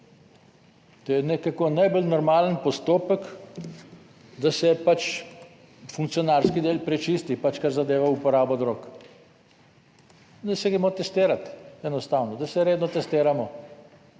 To je nekako najbolj normalen postopek, da se pač funkcionarski del prečisti pač, kar zadeva uporabo drog, da se gremo testirat, enostavno da se redno testiramo.